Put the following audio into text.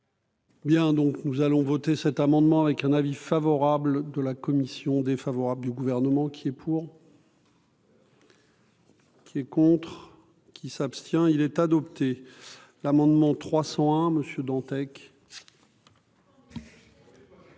Bien, donc nous allons voter cet amendement avec un avis favorable de la commission défavorable du gouvernement qui est pour. Qui est contre qui s'abstient, il est adopté, l'amendement 300 hein